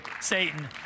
Satan